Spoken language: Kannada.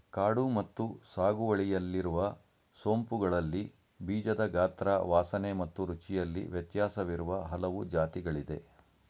ಕಾಡು ಮತ್ತು ಸಾಗುವಳಿಯಲ್ಲಿರುವ ಸೋಂಪುಗಳಲ್ಲಿ ಬೀಜದ ಗಾತ್ರ ವಾಸನೆ ಮತ್ತು ರುಚಿಯಲ್ಲಿ ವ್ಯತ್ಯಾಸವಿರುವ ಹಲವು ಜಾತಿಗಳಿದೆ